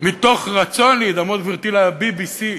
מתוך רצון להידמות, גברתי, ל-BBC,